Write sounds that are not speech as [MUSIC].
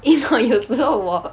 [LAUGHS] 有时候我